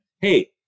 hey